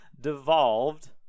devolved